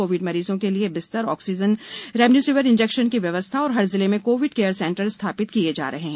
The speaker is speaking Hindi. कोविड मरीजों के लिए बिस्तर ऑक्सीजन रेमडेसिविर इंजेक्शन की व्यवस्था और हर जिले में कोविड केयर सेंटर स्थापित किए जा रहे हैं